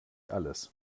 alles